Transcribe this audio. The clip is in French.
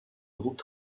groupes